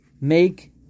make